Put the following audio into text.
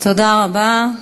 תודה רבה.